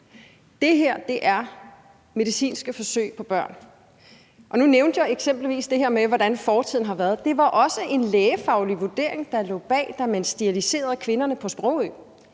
Det her er medicinske forsøg på børn. Nu nævnte jeg eksempelvis det her med, hvordan fortiden har været. Det var også en lægefaglig vurdering, der lå bag, da man steriliserede kvinderne på Sprogø.